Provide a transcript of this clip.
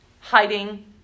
hiding